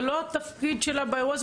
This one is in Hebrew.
זה לא התפקיד שלה באירוע,